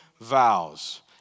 vows